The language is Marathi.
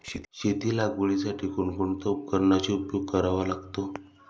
शेती लागवडीसाठी कोणकोणत्या उपकरणांचा उपयोग करावा लागतो?